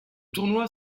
tournoi